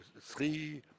Three